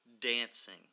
dancing